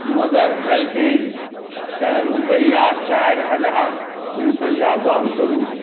mother हेल्पऐजकेँ रुपैआ चारि हजार रुपैआ दान करू